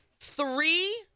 Three